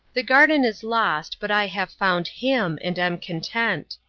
the garden is lost, but i have found him, and am content.